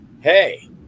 hey